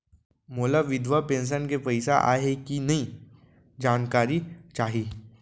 मोला विधवा पेंशन के पइसा आय हे कि नई जानकारी चाही?